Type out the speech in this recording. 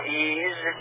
ease